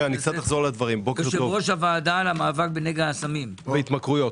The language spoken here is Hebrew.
יושב-ראש הוועדה למאבק בנגע הסמים והתמכרויות.